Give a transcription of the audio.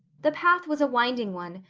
the path was a winding one,